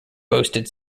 boasted